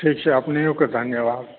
ठीक छै अपनहुँकेँ धन्यवाद